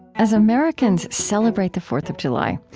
as americans celebrate the fourth of july,